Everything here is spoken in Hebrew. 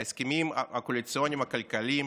ההסכמים הקואליציוניים הכלכליים